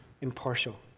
impartial